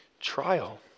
trial